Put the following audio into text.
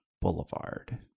Boulevard